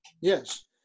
Yes